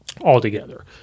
altogether